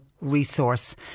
resource